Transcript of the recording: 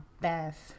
best